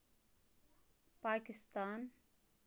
Pakistan